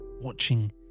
watching